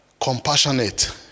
Compassionate